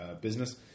business